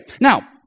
Now